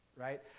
right